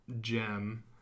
gem